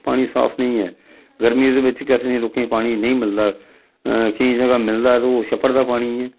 पानी साफ नेईं ऐ गर्मियें दे बिच्च केह् असें लोकें गी पानी नेईं मिलदा केईं ज'गा मिलदा ते ओह् छप्पड़ दा पानी ऐ